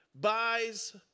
buys